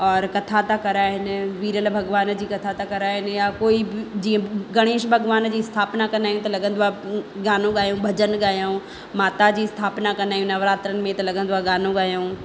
और कथा था कराइनि वीरल भॻवान जी कथा था कराइनि या कोई बि जीअं गणेश भॻवान जी स्थापना कंदा आहियूं त लॻंदो आहे गानो ॻायूं भॼनु ॻायूं माताजी स्थापना कंदा आहियूं नवरात्रनि में त लॻंदो आहे गानो ॻायूं